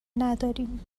نداریم